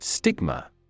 Stigma